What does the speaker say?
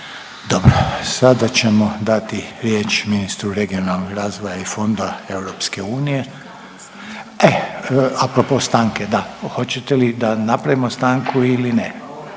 Dobro. Sada ćemo dati riječ ministru regionalnog razvoja i fondova EU. E, a propos stanke da. Hoćete li da napravimo stanku ili ne?